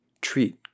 treat